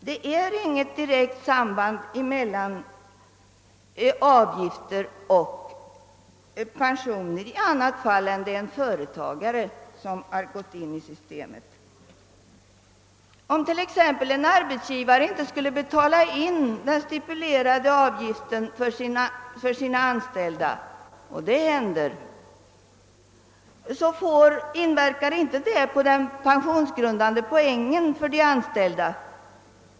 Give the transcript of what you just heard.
Det är inget direkt samband mellan avgifter och pension i annat fall än när det gäller en företagare som har gått in i systemet. Om en arbetsgivare inte skulle betala in den stipulerade avgiften för sina anställda — och det händer — inverkar det inte på den pensionsgrundande poängen för de anställda.